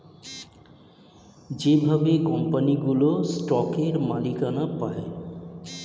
যেভাবে কোম্পানিগুলো স্টকের মালিকানা পায়